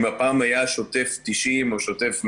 אם פעם היה שוטף 90 או שוטף 120,